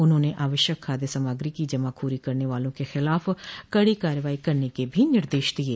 उन्होंने आवश्यक खाद्य सामग्री की जमाखोरी करने वालों के खिलाफ कड़ी कार्रवाई करने के भी निर्देश दिये